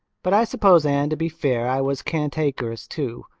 but i s'pose, anne, to be fair, i was cantankerous too.